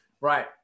Right